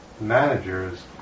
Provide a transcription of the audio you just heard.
managers